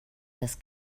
des